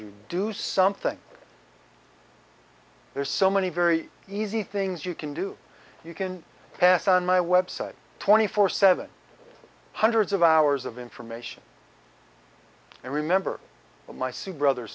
you do something there's so many very easy things you can do you can pass on my website twenty four seven hundreds of hours of information and remember my c brother